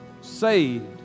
saved